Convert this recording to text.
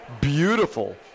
beautiful